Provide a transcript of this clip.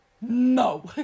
No